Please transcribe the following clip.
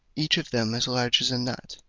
each of them as large as a nut